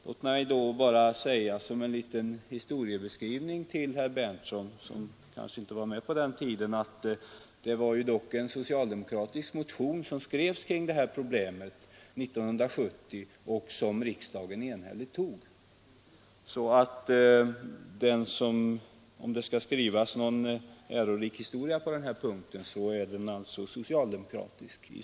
Låt mig bara säga — som en liten historieskrivning för herr Berndtson, som kanske inte var med på den tiden — att det dock var en socialdemokratisk motion som skrevs kring det här problemet år 1970 och som riksdagen enhälligt tog. Om det skall skrivas någon ärorik historia på den här punkten, är den i så fall socialdemokratisk.